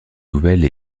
nouvelle